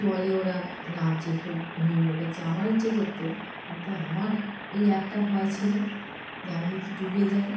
জলে ওরা নাবছে খুব হই হড় করছে আমারও ইচ্ছে করতো কিন্তু আমার ওই একটা ভয় ছিল যে আমি যদি ডুবে যাই